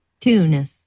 Tunis